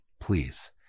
please